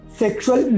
sexual